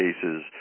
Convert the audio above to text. cases